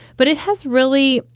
but it has really,